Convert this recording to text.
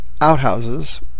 outhouses